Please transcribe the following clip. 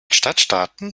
stadtstaaten